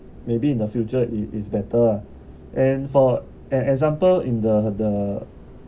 maybe in the future it is better ah and an example in the the